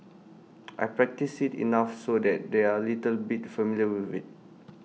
I practice IT enough so that they are little bit familiar with IT